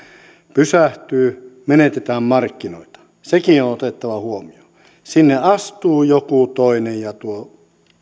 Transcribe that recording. pysähtyy menetetään markkinoita sekin on otettava huomioon sinne astuu joku toinen ja tuo